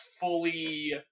fully